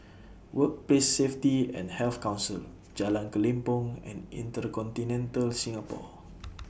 Workplace Safety and Health Council Jalan Kelempong and InterContinental Singapore